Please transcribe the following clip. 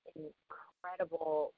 incredible